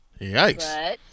yikes